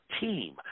team